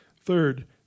Third